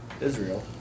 Israel